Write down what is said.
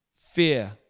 fear